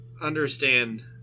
understand